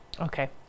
Okay